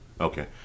Okay